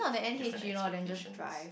different expectations